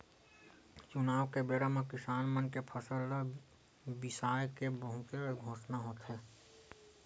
चुनाव के बेरा म किसान मन के फसल ल बिसाए के बहुते घोसना होथे